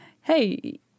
hey